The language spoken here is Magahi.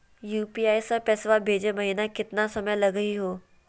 यू.पी.आई स पैसवा भेजै महिना केतना समय लगही हो?